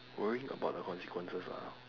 worrying about the consequences lah